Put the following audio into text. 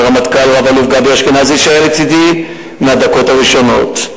לרמטכ"ל רב-אלוף גבי אשכנזי שהיה לצדי מהדקות הראשונות.